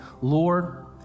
Lord